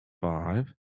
five